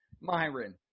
Myron